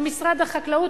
או משרד החקלאות,